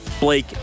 Blake